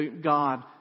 God